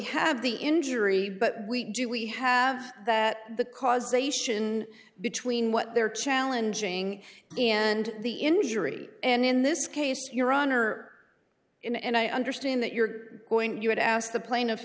have the injury but we do we have that the causation between what they're challenging and the injury and in this case your honor and i understand that you're going you would ask the pla